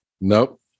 Nope